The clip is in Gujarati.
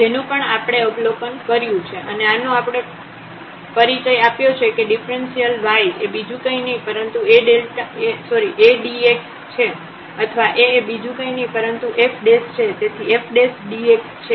તેનું પણ આપણે અવલોકન કર્યું છે અને આનો આપણે પરિચય આપ્યો છે કે ડિફ્રન્સિઅલ y એ બીજું કંઈ નહીં પરંતુ A dx છે અથવા A એ બીજું કંઈ નહીં પરંતુ f છે તેથી fdx છે